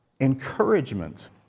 encouragement